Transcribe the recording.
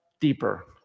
deeper